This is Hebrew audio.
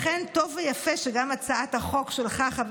לכן טוב ויפה שגם הצעת החוק שלך,